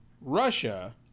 Russia